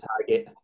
target